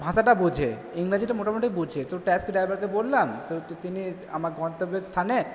ভাষাটা বোঝে ইংরাজিটা মোটামোটি বোঝে তো ট্যাক্সি ড্রাইভারকে বললাম তো তিনি আমার গন্তব্যস্থানে